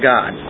God